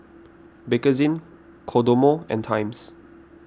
Bakerzin Kodomo and Times